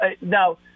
Now